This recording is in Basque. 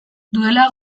duela